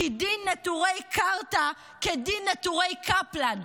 כי דין נטורי קרתא כדין נטורי קפלן.